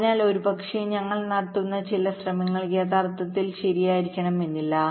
അതിനാൽ ഒരുപക്ഷേ ഞങ്ങൾ നടത്തുന്ന ചില ശ്രമങ്ങൾ യഥാർത്ഥത്തിൽ ശരിയായിരിക്കണമെന്നില്ല